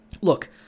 look